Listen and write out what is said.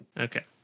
Okay